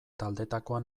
taldetakoa